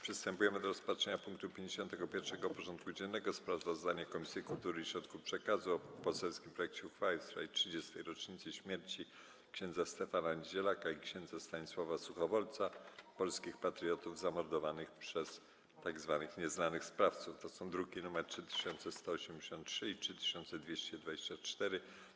Przystępujemy do rozpatrzenia punktu 51. porządku dziennego: Sprawozdanie Komisji Kultury i Środków Przekazu o poselskim projekcie uchwały w sprawie 30. rocznicy śmierci ks. Stefana Niedzielaka i ks. Stanisława Suchowolca - polskich patriotów zamordowanych przez „nieznanych sprawców” (druki nr 3183 i 3224)